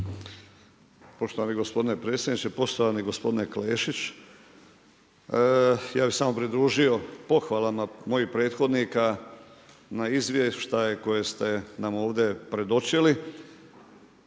Poštovani gospodine predsjedniče, poštovani gospodine Klešić. Ja bih se pridružio pohvalama mojih prethodnika na izvještaj koji ste nam ovdje predočili